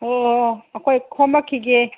ꯑꯣ ꯑꯣ ꯑꯩꯈꯣꯏ ꯈꯣꯝꯃꯛꯈꯤꯒꯦ